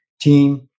team